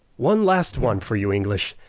one last one for you, english.